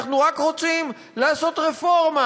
אנחנו רק רוצים לעשות רפורמה,